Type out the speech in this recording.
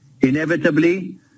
inevitably